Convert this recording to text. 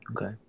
Okay